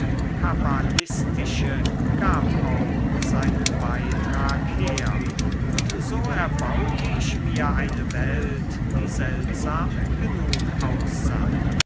kabbalistische gab auch seinen beitrag her und so erbaute ich mir eine welt die seltsam genug aussah